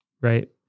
Right